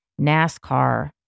NASCAR